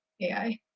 AI